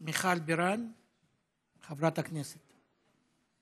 מיכל בירן, חברת הכנסת,